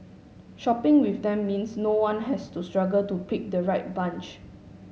shopping with them means no one has to struggle to pick the right bunch